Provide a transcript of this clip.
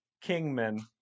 Kingman